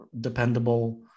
dependable